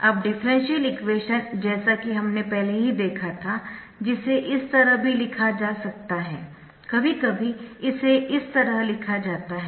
अब differential equation जैसा कि हमने पहले ही देखा था जिसे इस तरह भी लिखा जा सकता है कभी कभी इसे इस तरह लिखा जाता है